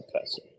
person